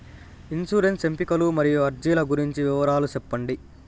insurance ఎంపికలు మరియు అర్జీల గురించి వివరాలు సెప్పండి